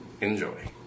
Enjoy